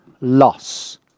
loss